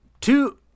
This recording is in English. Two